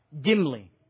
dimly